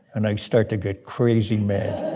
and i start to get crazy mad.